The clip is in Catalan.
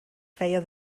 feia